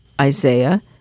Isaiah